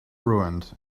ruined